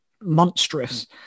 monstrous